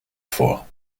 vor